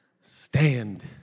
stand